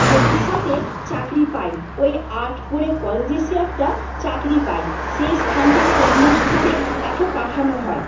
ভবিষ্যতে চাকরি পায় ওই আর্ট করে কলেজ এসে একটা চাকরি পায় সেই স্থান থেকে অন্য স্থানে তাকে পাঠানো হয়